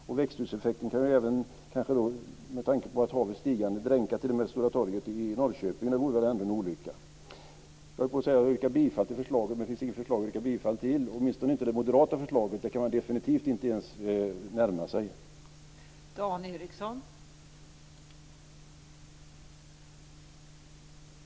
Eftersom havet stiger kan växthuseffekten bidra till att Stora torget i Norrköping dränks i vatten, och det vore väl ändå en olycka. Jag höll på att säga att jag yrkar bifall till förslaget, men det finns inte något förslag att yrka bifall till - åtminstone kan jag definitivt inte ens närma mig det moderata förslaget.